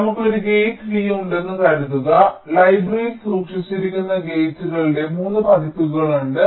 നമുക്ക് ഒരു gate V ഉണ്ടെന്ന് കരുതുക ലൈബ്രറിയിൽ സൂക്ഷിച്ചിരിക്കുന്ന ഗേറ്റുകളുടെ 3 പതിപ്പുകൾ ഉണ്ട്